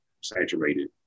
saturated